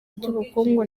by’ubukungu